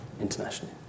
internationally